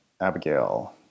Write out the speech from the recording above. Abigail